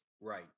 Right